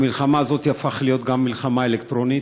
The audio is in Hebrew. המלחמה הזו הפכה להיות גם מלחמה אלקטרונית,